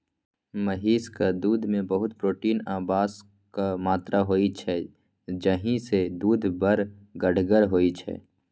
महिषक दुधमे बहुत प्रोटीन आ बसाक मात्रा होइ छै जाहिसँ दुध बड़ गढ़गर होइ छै